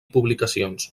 publicacions